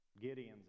Gideon's